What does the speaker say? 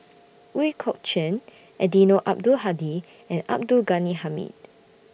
Ooi Kok Chuen Eddino Abdul Hadi and Abdul Ghani Hamid